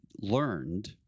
learned